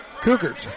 Cougars